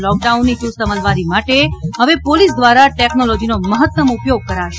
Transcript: લોકડાઉનની યુસ્ત અમલવારી માટે હવે પોલીસ ધ્વારા ટેકનોલોજીનો મહત્તમ ઉપયોગ કરાશે